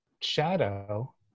shadow